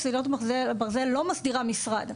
פקודת מסילות הברזל לא מסדירה משרד.